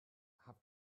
have